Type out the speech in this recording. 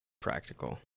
practical